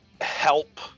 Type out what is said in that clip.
help